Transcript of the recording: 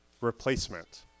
replacement